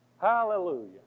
Hallelujah